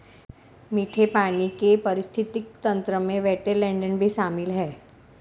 मीठे पानी के पारिस्थितिक तंत्र में वेट्लैन्ड भी शामिल है